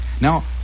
now